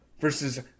versus